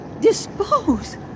Dispose